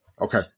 Okay